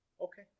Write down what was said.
okay